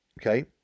okay